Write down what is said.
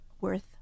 worth